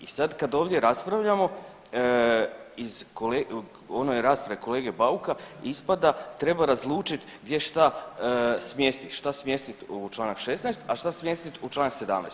I sad kad ovdje raspravljamo iz, u onoj raspravi kolege Bauka ispada treba razlučiti gdje šta smjestiti, šta smjestiti u Članak 16., a šta smjestiti u Članak 17.